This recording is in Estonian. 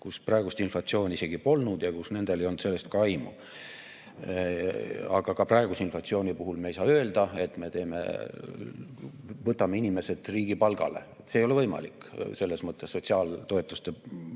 kus praegust inflatsiooni polnud ja kus nendel ei olnud sellest ka aimu. Aga ka praeguse inflatsiooni puhul me ei saa öelda, et me võtame inimesed riigi palgale, see ei ole võimalik. [Ei ole võimalik] kõik sotsiaaltoetuste peale